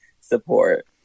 support